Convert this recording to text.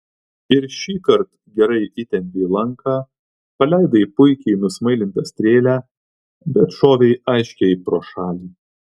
ir šįkart gerai įtempei lanką paleidai puikiai nusmailintą strėlę bet šovei aiškiai pro šalį